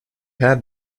had